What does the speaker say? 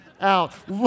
out